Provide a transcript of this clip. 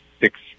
six